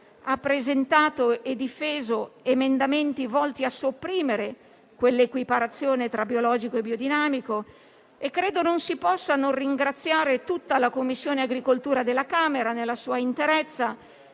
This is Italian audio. ha presentato e difeso emendamenti volti a sopprimere quell'equiparazione tra biologico e biodinamico. Credo non si possa non ringraziare tutta la Commissione agricoltura della Camera nella sua interezza,